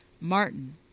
Martin